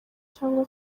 cyangwa